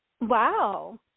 wow